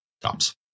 tops